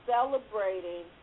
Celebrating